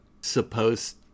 supposed